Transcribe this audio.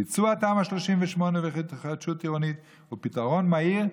ביצוע תמ"א 38 והתחדשות עירונית הוא פתרון מהיר,